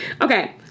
Okay